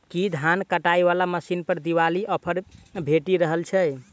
की धान काटय वला मशीन पर दिवाली ऑफर भेटि रहल छै?